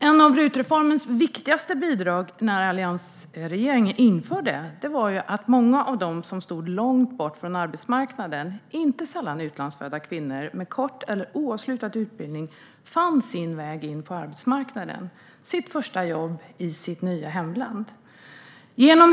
Ett av RUT-reformens viktigaste bidrag när det infördes av alliansregeringen var att många av dem som stod långt bort från arbetsmarknaden, inte sällan utlandsfödda kvinnor med kort eller oavslutad utbildning, fann sin väg in på arbetsmarknaden. De fick sitt första jobb i sitt nya hemland.